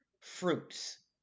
fruits